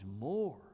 more